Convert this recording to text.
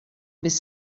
bis